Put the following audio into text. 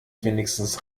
wenigstens